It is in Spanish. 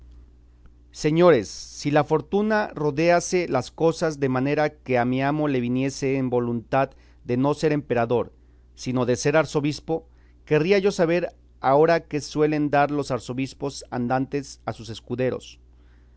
señores si la fortuna rodease las cosas de manera que a mi amo le viniese en voluntad de no ser emperador sino de ser arzobispo querría yo saber agora qué suelen dar los arzobispos andantes a sus escuderos